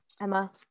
Emma